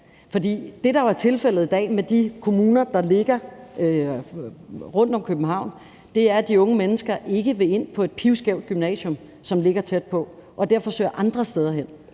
det, der jo er tilfældet i dag med de kommuner, der ligger rundt om København, er, at de unge mennesker ikke vil ind på et pivskævt gymnasium, som ligger tæt på, og derfor søger andre steder hen.